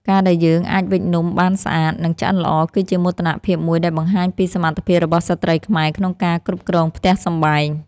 ការដែលយើងអាចវេចនំបានស្អាត និង ឆ្អិនល្អគឺជាមោទនភាពមួយដែលបង្ហាញពីសមត្ថភាពរបស់ស្ត្រីខ្មែរក្នុងការគ្រប់គ្រងផ្ទះសម្បែង។